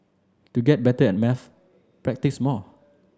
to get better at maths practise more